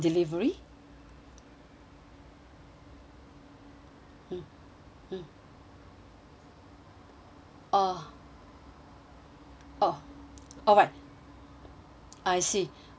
mm mm ah oh alright I see mm